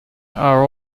are